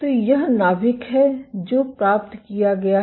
तो यह नाभिक है जो प्राप्त किया गया है